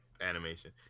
animation